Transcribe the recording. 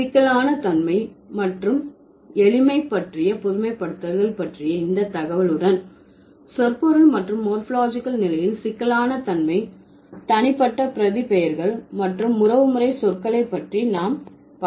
சிக்கலான தன்மை மற்றும் எளிமை பற்றிய பொதுமைப்படுத்தல்கள் பற்றிய இந்த தகவலுடன் சொற்பொருள் மற்றும் மோர்பாலஜிகல் நிலையின் சிக்கலான தன்மை தனிப்பட்ட பிரதிபெயர்கள் மற்றும் உறவுமுறை சொற்களை பற்றி நாம் பார்க்கலாம்